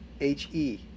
H-E